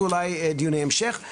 ואולי דיוני המשך.